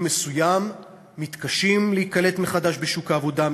מסוים מתקשים להיקלט מחדש בשוק העבודה,